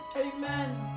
Amen